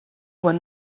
were